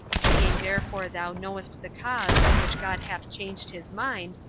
seeing therefore thou knowest the cause for which god hath changed his mind,